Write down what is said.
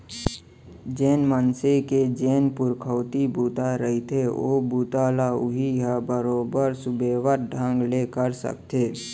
जेन मनसे के जेन पुरखउती बूता रहिथे ओ बूता ल उहीं ह बरोबर सुबेवत ढंग ले कर सकथे